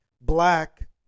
black